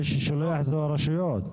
מי ששולח אלה הרשויות.